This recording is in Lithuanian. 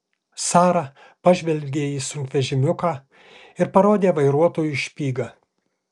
sara pažvelgė į sunkvežimiuką ir parodė vairuotojui špygą